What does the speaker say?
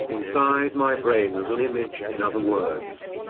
inside my brain as an image in other words.